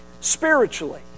spiritually